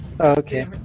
Okay